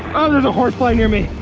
ah, there's a horsefly near me.